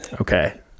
Okay